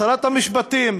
שרת המשפטים,